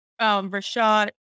Rashad